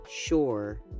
sure